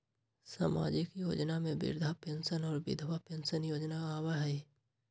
सामाजिक योजना में वृद्धा पेंसन और विधवा पेंसन योजना आबह ई?